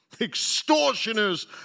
extortioners